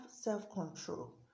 self-control